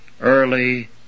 early